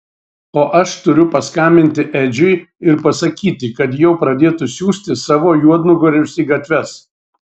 o aš turiu paskambinti edžiui ir pasakyti kad jau pradėtų siųsti savo juodnugarius į gatves